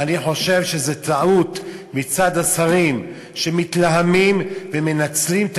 אני חושב שזה טעות מצד השרים שמתלהמים ומנצלים את